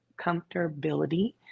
comfortability